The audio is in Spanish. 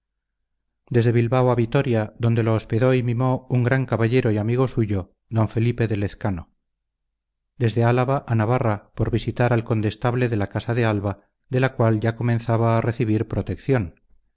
desde bilbao a vitoria donde lo hospedó y mimó un gran caballero y amigo suyo don felipe de lezcano desde álava a navarra por visitar al condestable de la casa de alba de la cual ya comenzaba a recibir protección